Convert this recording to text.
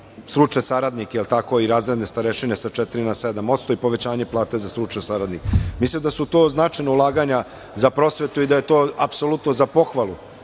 stručne saradnike jel tako i razredne starešine sa 4% na 7% i povećanje plata za stručne saradnike. Mislim da su to značajna ulaganja za prosvetu i da je to apsolutno za pohvalu,